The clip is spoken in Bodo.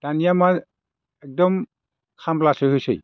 दानिया मा एकदम खामलासो होसै